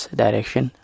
direction